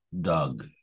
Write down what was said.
Doug